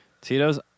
Tito's